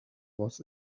was